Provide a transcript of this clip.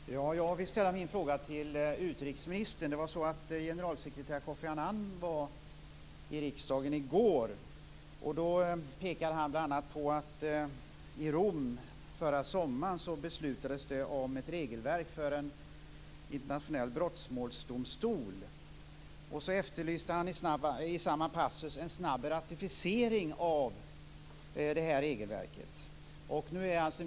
Fru talman! Jag vill ställa min fråga till utrikesministern. Generalsekreterare Kofi Annan var ju i riksdagen i går, och han pekade då bl.a. på att det förra sommaren i Rom beslutades om ett regelverk för en internationell brottmålsdomstol. Han efterlyste i samma passus en snabb ratificering av detta regelverk.